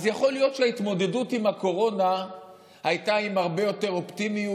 אז יכול להיות שהתמודדות עם הקורונה הייתה עם הרבה יותר אופטימיות,